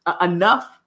enough